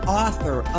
author